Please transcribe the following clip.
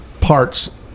parts